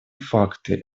факты